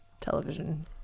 television